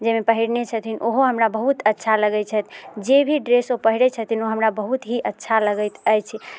जाहिमे पहिरने छथिन ओहो हमरा बहुत अच्छा लगैत छथिन जेभी ड्रेस ओ पहिरैत छथिन ओ हमरा बहुत ही अच्छा लगैत अछि